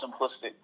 simplistic